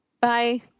Bye